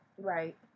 Right